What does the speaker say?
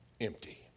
empty